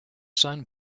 sun